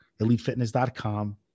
elitefitness.com